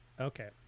Okay